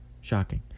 Shocking